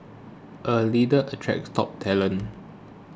a leader attracts top talent